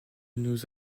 nous